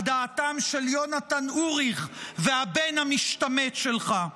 דעתם של יונתן אוריך והבן המשתמט שלך.